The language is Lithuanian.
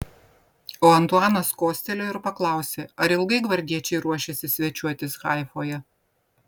o antuanas kostelėjo ir paklausė ar ilgai gvardiečiai ruošiasi svečiuotis haifoje